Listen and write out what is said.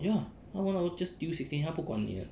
ya 他 one hour just 丢 sixteen 他不管你的